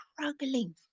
struggling